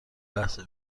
لحظه